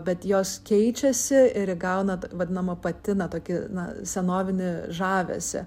bet jos keičiasi ir įgauna vadinamą patina tokį na senovinį žavesį